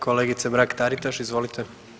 Kolegice Mrak Taritaš, izvolite.